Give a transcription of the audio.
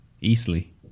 Easily